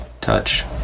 touch